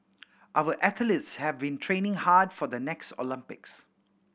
our athletes have been training hard for the next Olympics